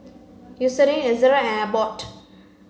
Eucerin Ezerra and Abbott